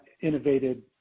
innovated